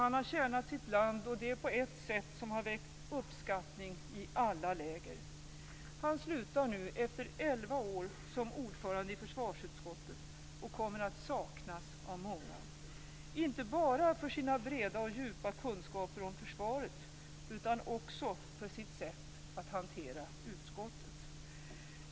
Han har tjänat sitt land på ett sätt som väckt uppskattning i alla läger. Han slutar nu efter elva år som ordförande i försvarsutskottet och kommer att saknas av många - inte bara för sina breda och djupa kunskaper om försvaret utan också för sitt sätt att hantera utskottet.